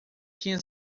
tinha